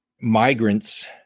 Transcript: migrants